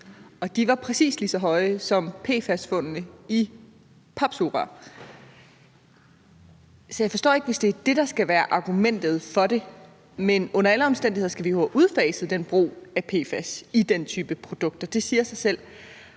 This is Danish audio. og de var præcis lige så høje som PFAS-fundene i papsugerør, så jeg forstår ikke, hvis det er det, der skal være argumentet for det. Under alle omstændigheder skal vi jo have udfaset brugen af PFAS i den type produkter; det siger sig selv.